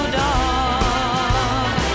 dark